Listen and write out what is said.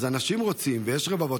אז אנשים רוצים, ויש רבבות.